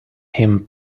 him